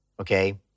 okay